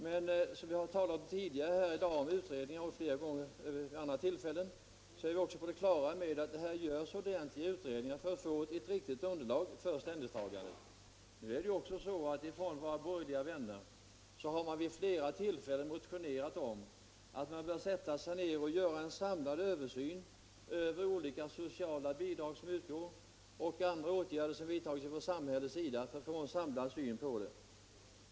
Men som vi talat om tidigare i dag och flera gånger vid andra tillfällen är vi på det klara med att det görs ordentliga utredningar för att få fram ett riktigt underlag för ställningstaganden. Nu är det så att våra borgerliga vänner vid flera tillfällen motionerat om att man bör göra en samlad översyn av olika socialbidrag som utgår och av andra åtgärder som vidtagits från samhällets sida för att få en samlad syn på detta.